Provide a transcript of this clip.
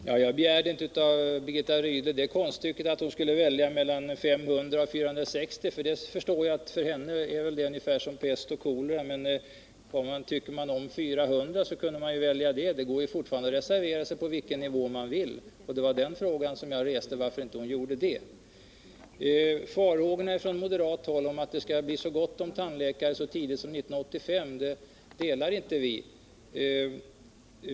Fru talman! Jag begärde inte att Birgitta Rydle skulle göra konststycket att välja mellan 500 och 460 platser. Jag förstår att det för henne är ungefär som att välja mellan pest och kolera. Tycker man att 400 är lagom, kunde man ju föreslå det. Det går att reservera sig på vilken nivå man vill! Den fråga jag reste var varför hon inte hade gjort det. Farhågorna från moderat håll att det skall bli gott om tandläkare så tidigt som 1985 delar inte vi.